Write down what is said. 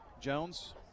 jones